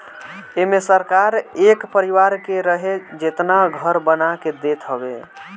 एमे सरकार एक परिवार के रहे जेतना घर बना के देत हवे